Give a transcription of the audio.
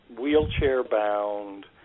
wheelchair-bound